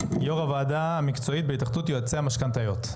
יו"ר הוועדה המקצועית בהתאחדות יועצי המשכנתאות.